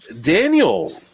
Daniel